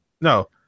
No